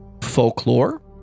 folklore